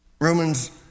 Romans